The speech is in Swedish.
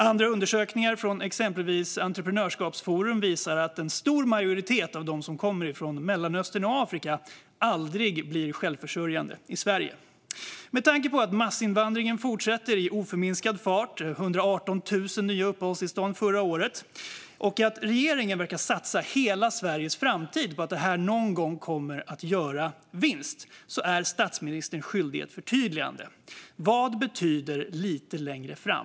Andra undersökningar, exempelvis från Entreprenörskapsforum, visar att en stor majoritet av dem som kommer från Mellanöstern och Afrika aldrig blir självförsörjande i Sverige. Med tanke på att massinvandringen fortsätter med oförminskad fart - 118 000 nya uppehållstillstånd utfärdades förra året - och att regeringen verkar satsa hela Sveriges framtid på att det någon gång kommer att leda till vinst är statsministern skyldig ett förtydligande. Vad betyder lite längre fram?